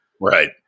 Right